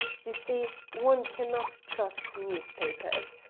you see, one cannot trust newspapers.